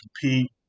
compete